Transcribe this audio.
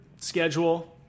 schedule